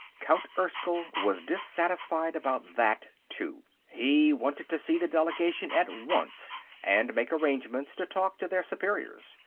count erskyll was dissatisfied about that, too. he wanted to see the delegation at once and make arrangements to talk to their superiors.